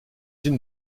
unes